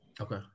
Okay